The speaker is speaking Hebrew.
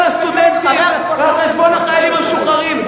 הסטודנטים ועל חשבון החיילים המשוחררים,